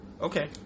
Okay